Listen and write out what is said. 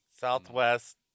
Southwest